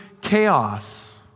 chaos